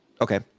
Okay